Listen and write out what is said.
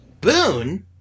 Boon